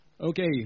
okay